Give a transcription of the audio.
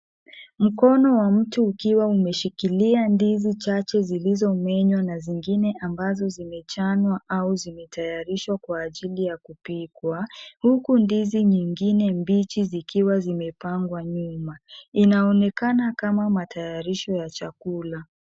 Mkono wa mtu ukiwa umeshikilia ndizi chache zilizomenywa na zingine ambazo zimechanwa au zimetayarishwa kwa ajili ya kupikwa huku ndizi nyingine mbichi zikiwa zimepangwa nyuma. Inaonekana kama matayarisho ya chakula.